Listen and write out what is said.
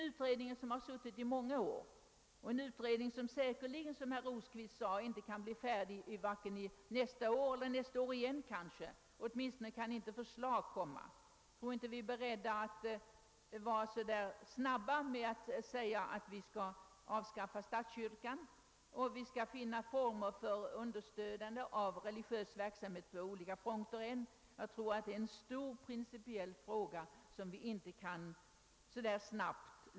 Utredningen har arbetat med denna fråga i många år och kommer säkerligen — såsom herr Rosqvist också sade — inte att bli färdig med sitt arbete vare sig nästa år eller året därefter; åtminstone kan det inte framläggas något förslag i frågan så snart. Jag tror inte vi är beredda att så snabbt fastslå att vi skall avskaffa statskyrkan, och vi måste i så fall ändå finna former för understödjande av religiös verksamhet på olika fronter. Detta är en stor principiell fråga, som vi inte kan lösa så här snabbt.